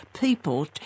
people